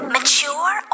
Mature